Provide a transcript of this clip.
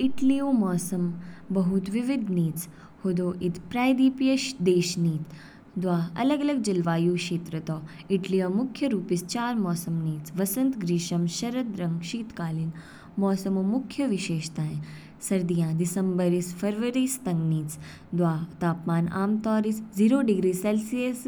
इटली ऊ मौसम बहुत विविध निच, हदौ ईद प्रायद्वीपीय देश तौ। दवा अलग अलग जलवायु क्षेत्र निच। इटली मुख्य रूपस चार मौसम निच, वसंत, ग्रीष्म, शरद, रंग शीतकालीन। मौसम ऊ मुख्य विशेषताएं। सर्दियाँ, दिसंबर स फरवरी तंग निच, जवा तापमान आमतौर पर जीरो डिग्री सेलसियस